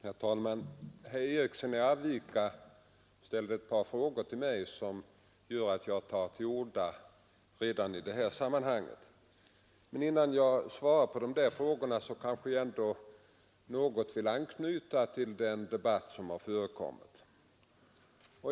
Herr talman! Herr Eriksson i Arvika ställde ett par frågor till mig, och det gör att jag nu tar till orda i detta sammanhang. Men innan jag svarar på de frågorna vill jag knyta an något till den debatt som här förts.